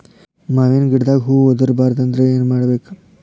ಮಾವಿನ ಗಿಡದಾಗ ಹೂವು ಉದುರು ಬಾರದಂದ್ರ ಏನು ಮಾಡಬೇಕು?